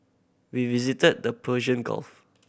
we visited the Persian Gulf